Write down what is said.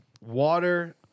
water